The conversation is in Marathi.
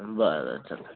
बरं चला